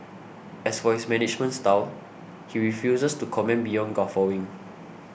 as for his management style he refuses to comment beyond guffawing